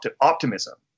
optimism